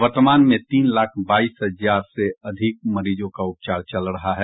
वर्तमान में तीन लाख बाईस हजार से अधिक मरीजों का उपचार चल रहा है